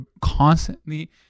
constantly